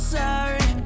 sorry